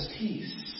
peace